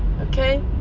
okay